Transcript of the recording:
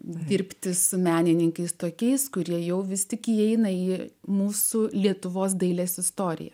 dirbti su menininkais tokiais kurie jau vis tik įeina į mūsų lietuvos dailės istoriją